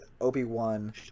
Obi-Wan